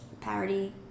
parody